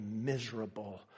miserable